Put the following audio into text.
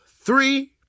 three